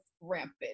rampant